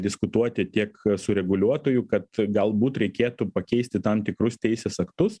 diskutuoti tiek su reguliuotoju kad galbūt reikėtų pakeisti tam tikrus teisės aktus